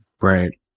Right